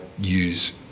use